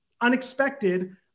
unexpected